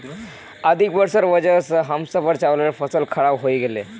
अधिक वर्षार वजह स हमसार चावलेर फसल खराब हइ गेले